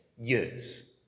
years